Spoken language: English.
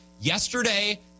Yesterday